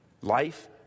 Life